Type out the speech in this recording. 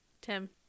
Tim